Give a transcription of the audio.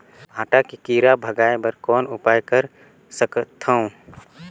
भांटा के कीरा भगाय बर कौन उपाय कर सकथव?